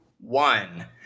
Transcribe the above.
one